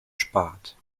spart